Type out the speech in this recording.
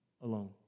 alone